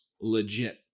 legit